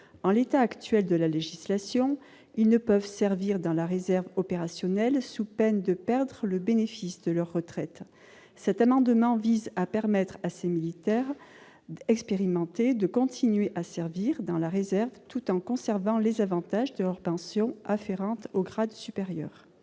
En l'état actuel de la législation, ils ne peuvent servir dans la réserve opérationnelle, sous peine de perdre le bénéfice de leur retraite. Cet amendement vise à permettre à ces militaires expérimentés de continuer à servir dans la réserve tout en conservant les avantages de leur pension afférente au grade supérieur.